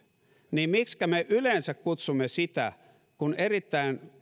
niin miksikä me yleensä kutsumme sitä kun erittäin